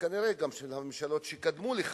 וכנראה גם של הממשלות שקדמו לה.